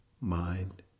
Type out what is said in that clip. mind